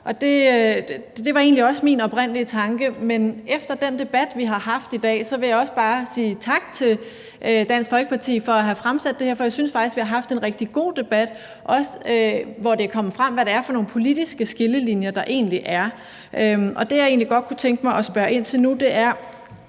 egentlig også min oprindelige tanke. Men efter den debat, vi har haft i dag, vil jeg også bare sige tak til Dansk Folkeparti for at have fremsat det her, for jeg synes faktisk, vi har haft en rigtig god debat, hvor det også er kommet frem, hvad det er for nogle politiske skillelinjer der egentlig er. Og det, jeg egentlig godt kunne tænke mig at spørge ind til nu, er,